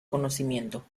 conocimiento